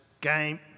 game